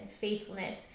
faithfulness